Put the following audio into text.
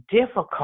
difficult